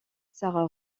sarah